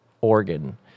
organ